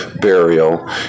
burial